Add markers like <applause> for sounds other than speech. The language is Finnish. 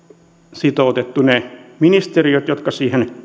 sitoutettu ne ministeriöt jotka siihen <unintelligible>